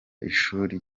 ishuri